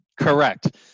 Correct